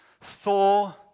Thor